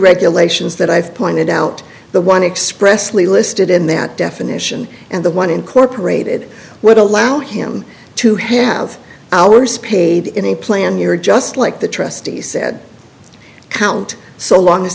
regulations that i've pointed out the one express lee listed in that definition and the one incorporated would allow him to have our spade in a plan you're just like the trustee said count so long as